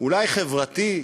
אולי חברתי,